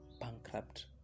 bankrupt